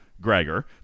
Gregor